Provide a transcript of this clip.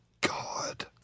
god